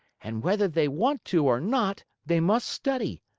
and whether they want to or not, they must study.